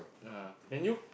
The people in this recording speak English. ah then you